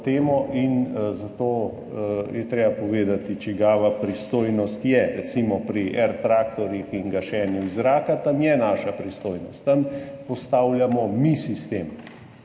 in zato je treba povedati, čigava je pristojnost. Recimo air tractorji in gašenje iz zraka je naša pristojnost, tam postavljamo mi sistem,